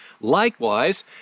Likewise